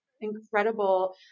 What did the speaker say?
incredible